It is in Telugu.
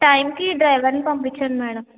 టైమ్కి డ్రైవర్ని పంపించండి మేడం